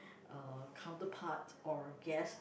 uh counterpart or guest